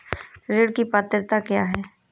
ऋण की पात्रता क्या है?